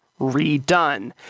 redone